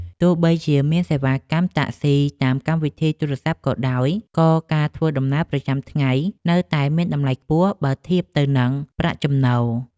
ទោះបីជាមានសេវាកម្មតាក់ស៊ីតាមកម្មវិធីទូរស័ព្ទក៏ដោយ ក៏ការធ្វើដំណើរប្រចាំថ្ងៃនៅតែមានតម្លៃខ្ពស់បើធៀបទៅនឹងប្រាក់ចំណូល។